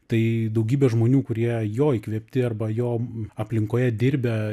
tai daugybė žmonių kurie jo įkvėpti arba jo aplinkoje dirbę